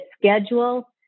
schedule